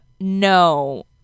No